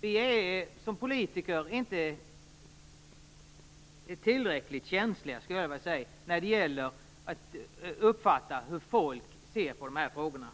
Vi är som politiker inte tillräckligt känsliga, skulle jag vilja säga, när det gäller att uppfatta hur folk ser på de här frågorna.